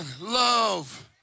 love